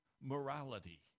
morality